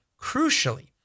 crucially